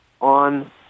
on